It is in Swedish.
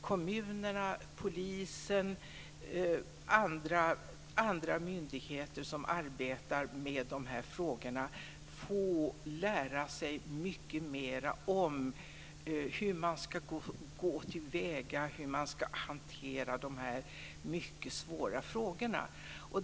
Kommunerna, polisen och andra myndigheter som behöver lära sig mycket mera om hur de ska gå till väga och hur de ska hantera dessa mycket svåra frågor.